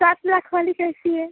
सात लाख वाली कैसी है